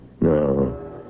No